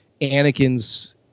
Anakin's